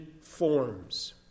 forms